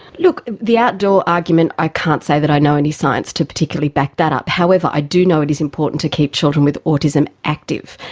look, the outdoor argument i can't say that i know any science to particularly back that up. however, i do know it is important to keep children with autism active.